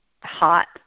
hot